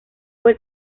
fue